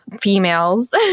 females